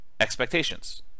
expectations